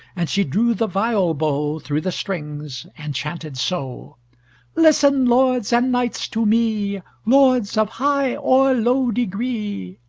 and she drew the viol bow through the strings and chanted so listen, lords and knights, to me, lords of high or low degree,